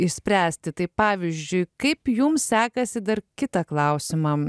išspręsti tai pavyzdžiui kaip jums sekasi dar kitą klausimą